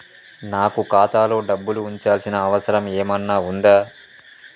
నాకు ఖాతాలో డబ్బులు ఉంచాల్సిన అవసరం ఏమన్నా ఉందా?